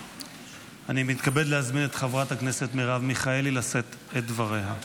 אני מתכבד להזמין את חברת הכנסת מרב מיכאלי לשאת את דבריה.